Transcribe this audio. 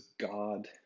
God